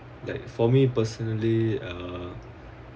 like for me personally uh